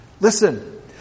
listen